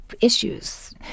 issues